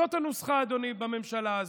זאת הנוסחה, אדוני, בממשלה הזאת.